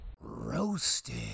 Roasted